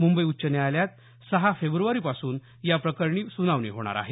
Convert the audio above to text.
मुंबई उच्च न्यायालयात सहा फेब्रवारीपासून याप्रकरणी सुनावणी होणार आहे